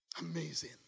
Amazing